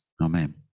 Amen